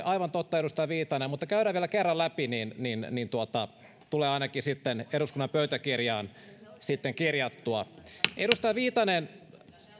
aivan totta edustaja viitanen mutta käydään vielä kerran läpi niin tulee ainakin sitten eduskunnan pöytäkirjaan kirjattua edustaja viitanen